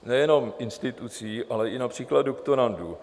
Nejenom institucí, ale i například doktorandů.